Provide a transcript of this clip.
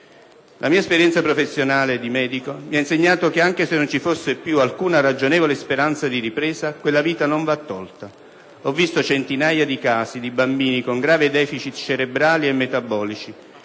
La mia esperienza professionale di medico mi ha insegnato che anche se non ci fosse più alcuna ragionevole speranza di ripresa, quella vita non va tolta. Ho visto centinaia di casi di bambini con gravi *deficit* cerebrali e metabolici